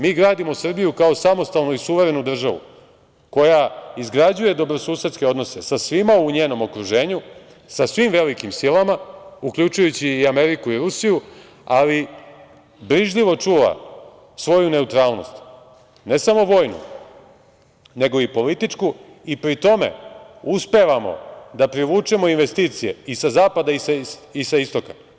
Mi gradimo Srbiju kao samostalnu i suverenu državu koja izgrađuje dobrosusedske odnose sa svima u njenom okruženju, sa svim velikim silama, uključujući i Ameriku i Rusiju, ali brižljivo čuva svoju neutralnost, ne samo vojnu, nego i političku, i pri tome uspevamo da privučemo investicije i sa zapada i sa istoka.